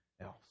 else